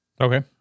Okay